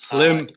Slim